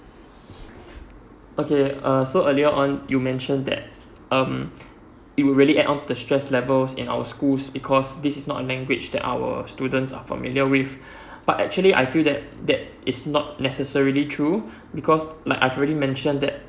okay err so earlier on you mentioned that um it will really add on the stress levels in our school's because this is not a language that our students are familiar with but actually I feel that that is not necessarily true because I've already mentioned that